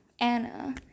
Anna